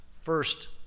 first